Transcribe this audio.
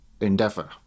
endeavor